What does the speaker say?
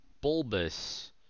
bulbous